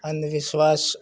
अंधविश्वास